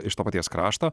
iš to paties krašto